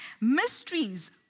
Mysteries